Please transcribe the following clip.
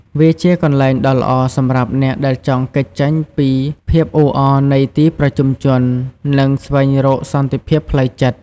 វាជាកន្លែងដ៏ល្អសម្រាប់អ្នកដែលចង់គេចចេញពីភាពអ៊ូអរនៃទីប្រជុំជន និងស្វែងរកសន្តិភាពផ្លូវចិត្ត។